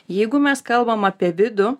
jeigu mes kalbam apie vidų